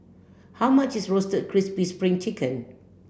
how much is Roasted Crispy Spring Chicken